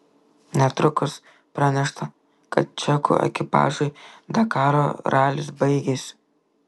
netrukus pranešta kad čekų ekipažui dakaro ralis baigėsi